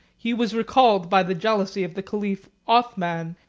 he was recalled by the jealousy of the caliph othman